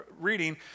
reading